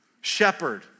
Shepherd